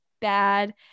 bad